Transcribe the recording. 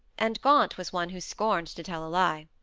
and gaunt was one who scorned to tell a lie.